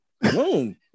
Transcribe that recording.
Boom